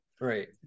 Right